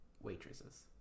waitresses